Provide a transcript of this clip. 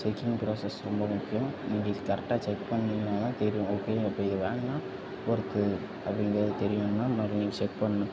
checking process ரொம்ப முக்கியம் நீங்கள் கரெக்டாக செக் பண்ணீங்கன்னா தான் தெரியும் ஓகே அப்போ இதை வாங்கினா ஒர்த்து அப்படி எங்கேயாவது தெரிலன்னா மறுடியும் நீங்கள் செக் பண்ணும்